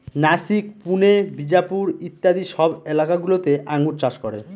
নাসিক, পুনে, বিজাপুর ইত্যাদি সব এলাকা গুলোতে আঙ্গুর চাষ করে